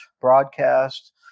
broadcast